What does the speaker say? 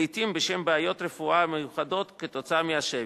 לעתים בשל בעיות רפואיות מיוחדות כתוצאה מהשבי,